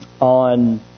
on